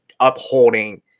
Upholding